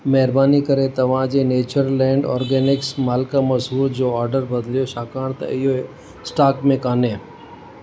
महिरबानी करे तव्हां जे नैचरलैंड ऑर्गॅनिक्स मलका मसूर जो ऑडर बदिलियो छाकाणि त इहो स्टॉक में कान्हे